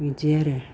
बिदि आरो